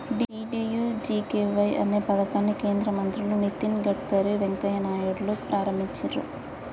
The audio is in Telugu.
డీ.డీ.యూ.జీ.కే.వై అనే పథకాన్ని కేంద్ర మంత్రులు నితిన్ గడ్కరీ, వెంకయ్య నాయుడులు ప్రారంభించిర్రు